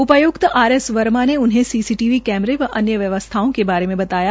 उपाय्क्त R S Verma ने उन्हें ॅसीसीटीवी कैमरे और अन्य व्वयस्था के बारे में बताया